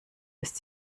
ist